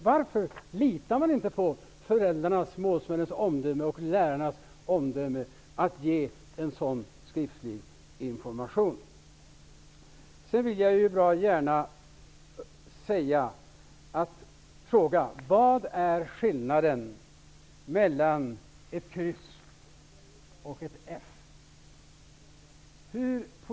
Varför litar man inte på föräldrarnas och lärarnas omdöme när det gäller att ge sådan skriftlig information? Sedan vill jag bra gärna fråga: Vad är skillnaden mellan ett kryss och ett F?